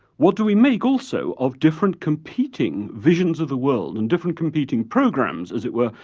what do we make also of different competing visions of the world and different competing programs as it were,